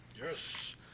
Yes